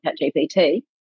ChatGPT